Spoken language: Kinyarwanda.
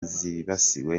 zibasiwe